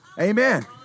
Amen